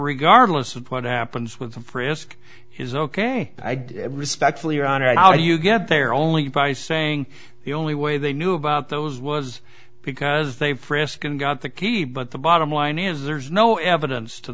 regardless of what happens with them frisk is ok i do respectfully your honor how do you get there only by saying the only way they knew about those was because they frisk and got the key but the bottom line is there's no evidence to